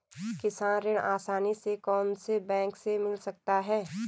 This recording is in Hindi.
किसान ऋण आसानी से कौनसे बैंक से मिल सकता है?